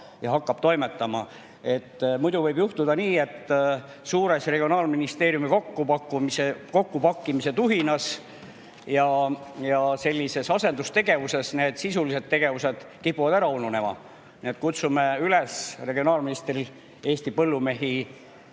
ja hakkab toimetama. Muidu võib juhtuda nii, et suures regionaalministeeriumi kokku pakkimise tuhinas ja sellises asendustegevuses kipuvad need sisulised tegevused ära ununema. Kutsume üles regionaalministrit Eesti põllumehi